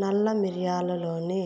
నల్ల మిరియాలులోని